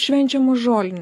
švenčiama žolinė